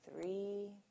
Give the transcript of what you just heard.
Three